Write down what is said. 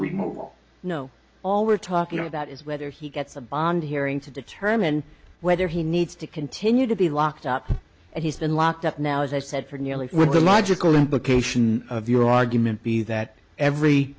al no all we're talking about is whether he gets a bond hearing to determine whether he needs to continue to be locked up and he's been locked up now as i said for nearly the logical implication of your argument be that every